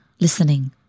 listening